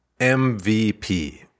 MVP